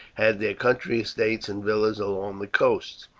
had their country estates and villas along the coasts,